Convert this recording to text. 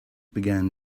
began